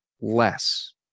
less